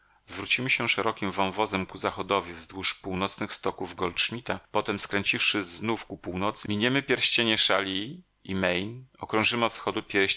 zwrócimy się szerokim wąwozem ku zachodowi wzdłuż północnych stoków goldschmidta potem skręciwszy znów ku północy miniemy pierścienie challis i main okrążymy od wschodu pierścień